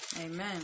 Amen